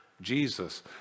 Jesus